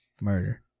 Murder